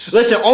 Listen